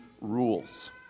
rules